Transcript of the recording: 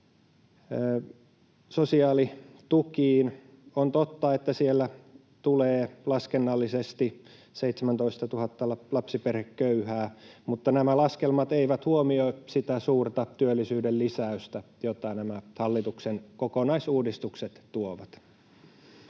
sosiaalitukiin, on totta, että siellä tulee laskennallisesti 17 000 lapsiperheköyhää, mutta nämä laskelmat eivät huomioi sitä suurta työllisyyden lisäystä, jota nämä hallituksen kokonaisuudistukset tuovat.